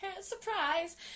surprise